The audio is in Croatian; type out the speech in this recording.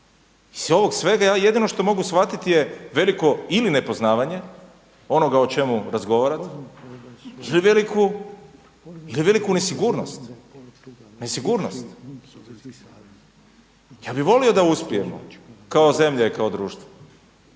Iz ovog svega ja jedino što mogu shvatiti je veliko ili nepoznavanje onoga o čemu razgovarate ili veliku nesigurnost. Ja bi volio da uspijemo kao zemlja i kao društvo,